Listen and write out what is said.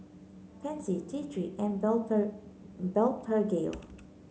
Pansy T Three and Blephagel